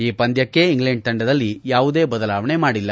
ಈ ಪಂದ್ಯಕ್ಕೆ ಇಂಗ್ಲೆಂಡ್ ತಂಡದಲ್ಲಿ ಯಾವುದೇ ಬದಲಾವಣೆ ಮಾಡಿಲ್ಲ